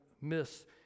miss